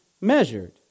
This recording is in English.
measured